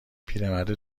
پیرمرده